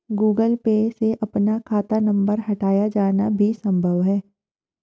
Google Pay से अपना खाता नंबर हटाया जाना भी संभव है